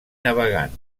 navegant